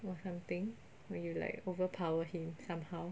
or something when you like overpower him somehow